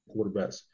quarterbacks